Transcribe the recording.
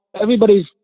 everybody's